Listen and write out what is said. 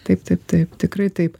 taip taip taip tikrai taip